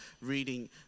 reading